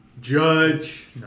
Judge